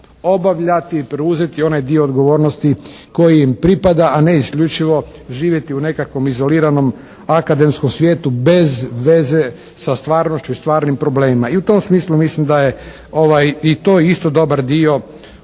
obavljati i preuzeti onaj dio odgovornosti koji im pripada a ne isključivo živjeti u nekakvom izoliranom akademskom svijetu bez veze sa stvarnošću i stvarnim problemima. I u tom smislu mislim da je ovaj, i to isto dobar dio